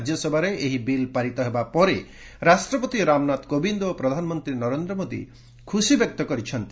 ରାଜ୍ୟସଭାରେ ଏହି ବିଲ୍ ପାରିତ ହେବା ପରେ ରାଷ୍ଟ୍ରପତି ରାମନାଥ କୋବିନ୍ଦ ଓ ପ୍ରଧାନମନ୍ତ୍ରୀ ନରେନ୍ଦ୍ର ମୋଦୀ ଖୁସିବ୍ୟକ୍ତ କରିଛନ୍ତି